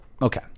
Okay